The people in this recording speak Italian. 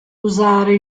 usare